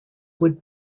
would